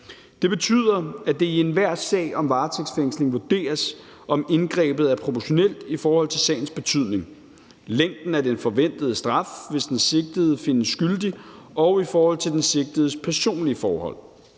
Det betyder, at det i enhver sag om varetægtsfængsling vurderes, om indgrebet er proportionelt i forhold til sagens betydning, længden af den forventede straf, hvis den sigtede findes skyldig, og den sigtedes personlige forhold.